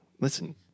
listen